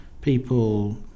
people